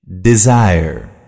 Desire